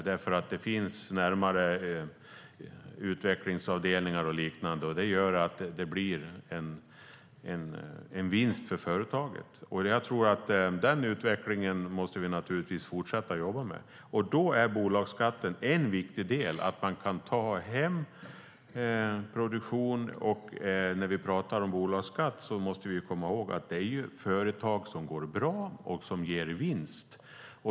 Det finns närmare utvecklingsavdelningar och liknande, och det gör att det blir en vinst för företaget. Jag tror att vi måste fortsätta att jobba med den utvecklingen. Då är bolagsskatten en viktig del för att man ska kunna ta hem produktion. När vi pratar om bolagsskatten måste vi komma ihåg att det handlar om företag som går bra och som ger vinst.